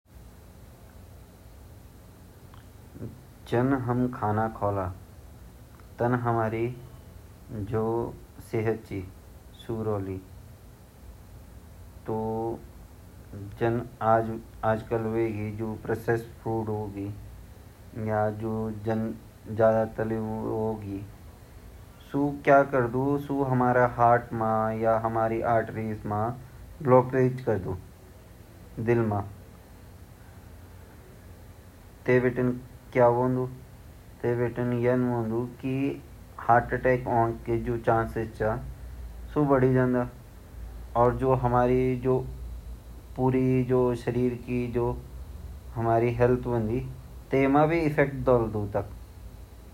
जु खाना छिन वेमा अगर ज़्यादा मसाला वे गो ज़्यादा गरम मसाला वे गो ता ऊ हमते नुक्सान पोहचोंदु उ हमू ते प्रभावित कन वेन हमा गैस बड़ जानि हुमा आंतु मा जलन वे जलन वे जनि उ खराब कण आंतु ते अर क्वे जान चिपको जन जन हम मैदा वावू खांडो खोला ता उ हमा आंतु पर चिपक जान अर क्वे हम ज़्यादा खट्टू भी नि खे सकन उ भी हमा शरीर ते ज़्यादा नुक्सान पोह्चों।